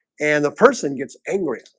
and the person gets angry